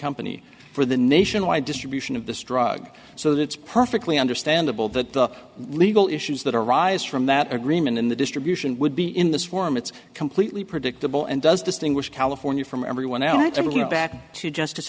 company for the nationwide distribution of this drug so that it's perfectly understandable that the legal issues that arise from that agreement in the distribution would be in this form it's completely predictable and does distinguish california from everyone and i'm going back to justice